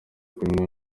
kunywa